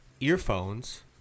earphones